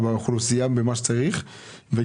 אנחנו מצביעים על פנייה מספר 97 ו-98.